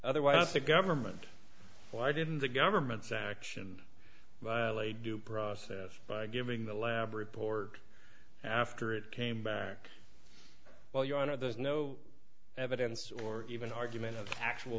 otherwise the government why didn't the government sanction a due process by giving the lab report after it came back well your honor there's no evidence or even argument of actual